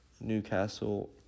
Newcastle